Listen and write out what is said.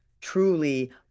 truly